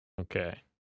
Okay